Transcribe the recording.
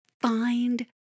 find